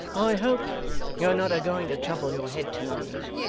i hope you're not a-going to trouble your head to-night,